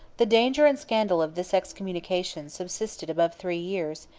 the danger and scandal of this excommunication subsisted above three years,